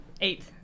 Eight